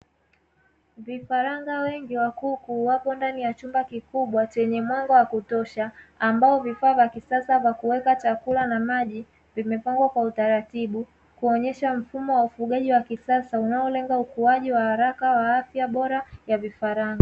Vifaranga wengi wa kuku wapo ndani ya chumba kikubwa chenye mwanga wa kutosha, ambao vifaa vya kisasa vya kuweka chakula na maji vimepangwa kwa utaratibu kuonyesha mfumo wa ufugaji wa kisasa unaolenga ukuaji wa haraka wa afya bora ya vifaranga.